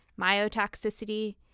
myotoxicity